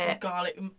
garlic